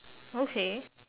okay